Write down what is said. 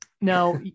Now